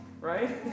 Right